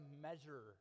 measure